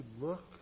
look